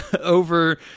over